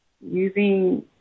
using